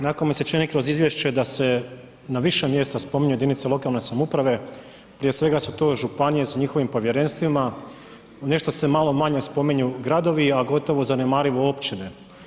Onako mi se čini kroz izvješće da se na više mjesta spominju jedinice lokalne samouprave, prije svega su to županije s njihovim povjerenstvima, nešto se malo manje spominju gradovi a gotovo zanemarivo općine.